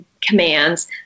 commands